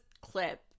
clip